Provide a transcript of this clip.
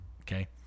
Okay